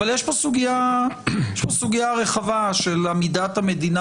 אבל יש פה סוגיה רחבה של עמידת המדינה